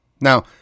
now